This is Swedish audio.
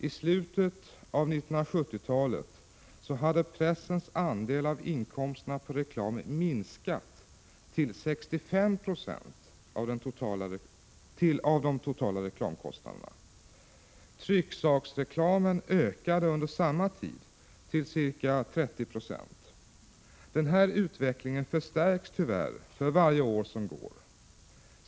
I slutet av 1970-talet hade pressens andel av inkomsterna på reklam minskat till 65 96 av de totala reklamkostnaderna. Trycksaksreklamen ökade under samma tid till ca 30 20. Denna utveckling förstärks tyvärr för varje år som går.